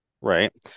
right